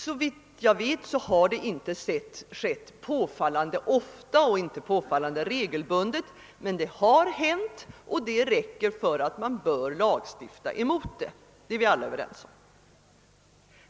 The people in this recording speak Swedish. Såvitt jag vet, har detta inte inträffat påfallande ofta och inte heller påfallande regelbundet, men det har hänt, och det räcker för att man bör lagstifta emot det, det är vi alla överens om.